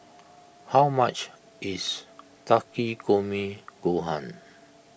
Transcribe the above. how much is Takikomi Gohan